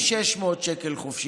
לתל אביב, 600 שקל חופשי-חודשי,